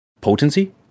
potency